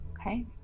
Okay